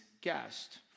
guest